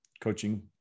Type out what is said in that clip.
coaching